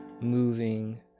moving